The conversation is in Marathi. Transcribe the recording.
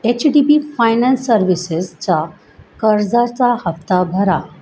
एच डी बी फायनान्स सर्व्हिसेसचा कर्जाचा हफ्ता भरा